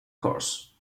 course